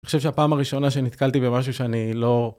אני חושב שהפעם הראשונה שנתקלתי במשהו שאני לא...